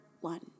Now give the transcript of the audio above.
one